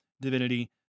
divinity